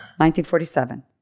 1947